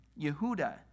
Yehuda